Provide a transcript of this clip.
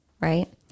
right